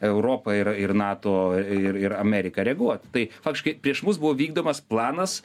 europą ir ir nato ir ir ameriką reaguot tai faktiškai prieš mus buvo vykdomas planas